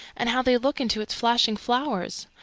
and how they look into its flashing flowers.